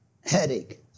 headache